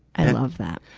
i love that.